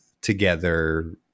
together